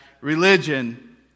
religion